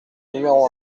numéro